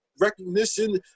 recognition